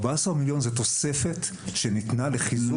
14 מיליון זאת תוספת שניתנה לחיזוק אבטחה בקהילה.